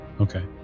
Okay